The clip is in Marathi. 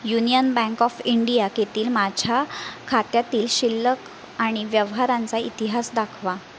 युनियन बँक ऑफ इंडिया केतील माझ्या खात्यातील शिल्लक आणि व्यवहारांचा इतिहास दाखवा